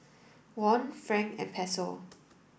won franc and Peso